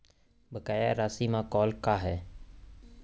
बकाया राशि मा कॉल का हे?